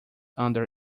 under